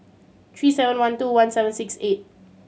three seven one two one seven six eight